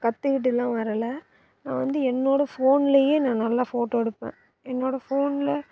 கற்றுக்கிட்டுலாம் வரலை நான் வந்து என்னோட ஃபோன்லேயே நான் நல்லா ஃபோட்டோ எடுப்பேன் என்னோட ஃபோனில்